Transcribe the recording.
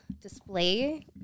display